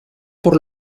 por